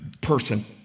person